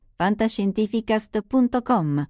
fantascientificast.com